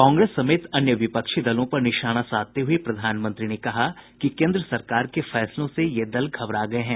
कांग्रेस समेत अन्य विपक्षी दलों पर निशाना साधते हुए प्रधानमंत्री ने कहा कि केन्द्र सरकार के फैसलों से ये दल घबरा गये हैं